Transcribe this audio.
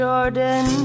Jordan